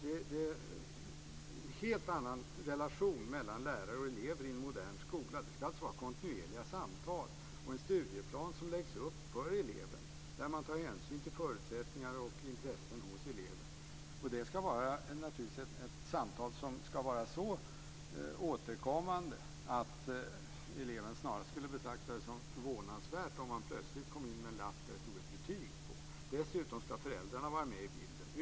Det är en helt annan relation mellan lärare och elever i en modern skola. Det ska alltså vara kontinuerliga samtal och en studieplan som läggs upp för eleven och där man tar hänsyn till förutsättningar och intressen hos eleven. Det ska naturligtvis vara samtal som ska vara så återkommande att eleven snarast skulle betrakta det som förvånansvärt om man plötsligt kom med en lapp med betyg på. Dessutom ska föräldrarna vara med i bilden.